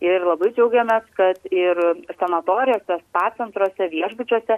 ir labai džiaugiamės kad ir sanatorijose spa centruose viešbučiuose